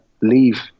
leave